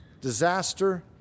disaster